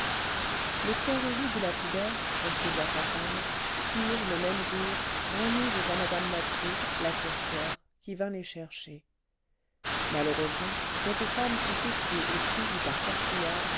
les pierreries du lapidaire confiées à sa femme furent le même jour remises à mme mathieu la courtière qui vint les chercher malheureusement cette femme fut épiée et suivie par tortillard